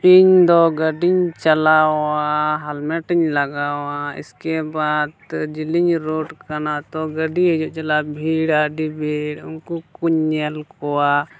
ᱤᱧᱫᱚ ᱜᱟᱹᱰᱤᱧ ᱪᱟᱞᱟᱣᱟ ᱦᱮᱞᱢᱮᱴ ᱤᱧ ᱞᱟᱜᱟᱣᱟ ᱩᱥᱠᱮ ᱵᱟᱫ ᱡᱮᱞᱮᱧ ᱨᱳᱰ ᱠᱟᱱᱟ ᱛᱚ ᱜᱟᱹᱰᱤ ᱦᱤᱡᱩᱜ ᱪᱟᱞᱟᱜ ᱵᱷᱤᱲᱟ ᱟᱹᱰᱤ ᱵᱷᱤᱲ ᱩᱱᱠᱩᱧ ᱧᱮᱞ ᱠᱚᱣᱟ